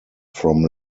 from